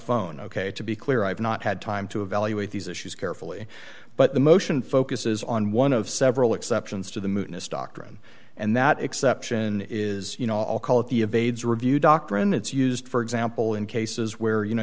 phone ok to be clear i've not had time to evaluate these issues carefully but the motion focuses on one of several exceptions to the moon is doctrine and that exception is you know i'll call it the evades review doctrine it's used for example in cases where you know